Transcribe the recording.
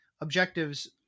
objectives